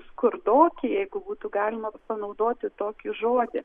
skurdoki jeigu būtų galima panaudoti tokį žodį